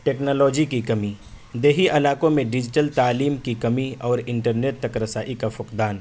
technology کی کمی دیہی علاقوں میں ڈیجیٹل تعلیم کی کمی اور انٹرنیٹ تک رسائی کا فقدان